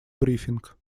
брифинг